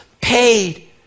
paid